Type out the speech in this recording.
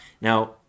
now